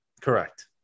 Correct